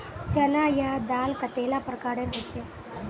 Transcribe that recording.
चना या दाल कतेला प्रकारेर होचे?